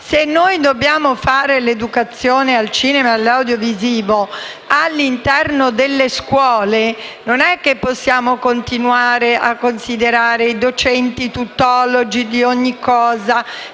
Se dobbiamo fare l'educazione al cinema e all'audiovisivo all'interno delle scuole, non possiamo continuare a considerare i docenti come tuttologi di ogni cosa